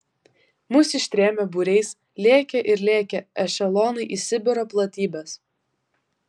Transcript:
mus ištrėmė būriais lėkė ir lėkė ešelonai į sibiro platybes